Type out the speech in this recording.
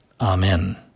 Amen